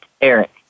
Eric